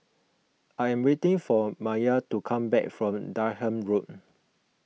I am waiting for Maia to come back from Durham Road